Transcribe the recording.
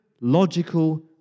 logical